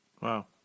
Wow